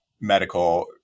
medical